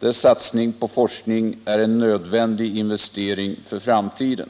där satsning på forskning är en nödvändig investering för framtiden.